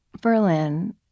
Berlin